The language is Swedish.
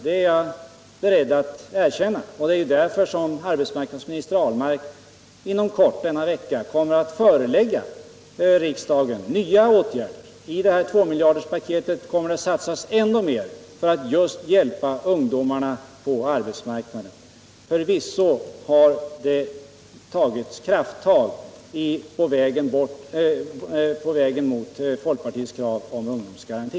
Det är därför arbetsmarknadsminister Ahlmark inom kort — under denna vecka —- kommer att förelägga riksdagen förslag till nya åtgärder. I tvåmiljarderspaketet kommer han att föreslå att vi skall satsa ännu mer just för att hjälpa ungdomarna på arbetsmarknaden. Förvisso har det tagits krafttag på vägen mot folkpartiets krav om ungdomsgaranti.